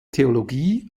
theologie